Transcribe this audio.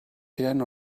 eran